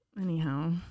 Anyhow